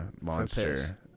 Monster